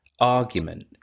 argument